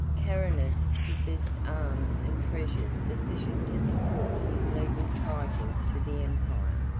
carinus possessed arms and treasures sufficient to support his legal title to the empire.